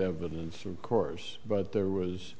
evidence of course but there was